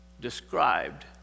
described